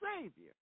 Savior